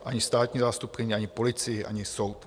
Ani státní zástupkyni, ani policii, ani soud.